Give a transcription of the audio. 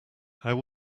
how